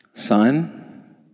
Son